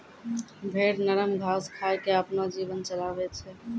भेड़ नरम घास खाय क आपनो जीवन चलाबै छै